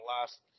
last